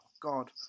God